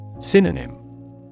Synonym